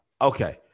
Okay